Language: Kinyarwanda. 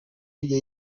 hirya